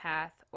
Path